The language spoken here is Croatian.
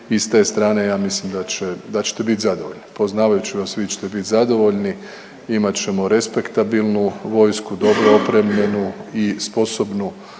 I s te strane ja mislim da će, da ćete biti zadovoljni. Poznavajući vas vi ćete biti zadovoljni, imat ćemo respektabilnu vojsku, dobro opremljenu i sposobnu